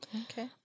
Okay